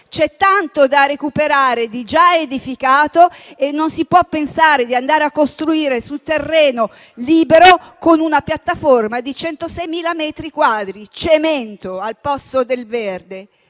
C'è tanto da recuperare di già edificato e non si può pensare di costruire sul terreno libero con una piattaforma di 106.000 metri quadri di cemento al posto del verde,